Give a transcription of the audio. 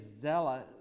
zealous